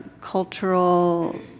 cultural